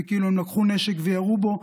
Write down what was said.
זה כאילו הם לקחו נשק וירו בו,